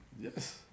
Yes